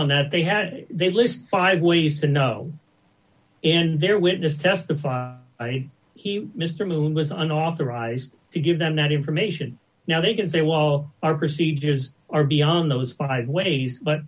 on that they had this list five ways to know in their witness testify he mr moon was unauthorized to give them that information now they get they will our procedures are beyond those five ways but